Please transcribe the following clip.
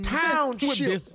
township